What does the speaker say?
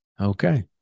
Okay